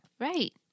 Right